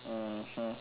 mmhmm